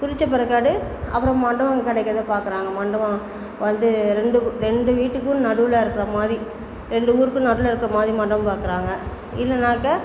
குறித்த பிறக்காடு அப்புறம் மண்டபம் கிடைக்கிறத பார்க்கறாங்க மண்டபம் வந்து ரெண்டு ரெண்டு வீட்டுக்கும் நடுவில் இருக்கிற மாதிரி ரெண்டு ஊருக்கும் நடுவில் இருக்கிற மாதிரி மண்டபம் பார்க்கறாங்க இல்லைன்னாக்கா